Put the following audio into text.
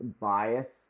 bias